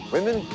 Women